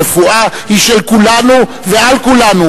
הרפואה היא של כולנו ועל כולנו,